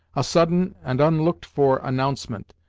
a sudden and unlooked for announcement,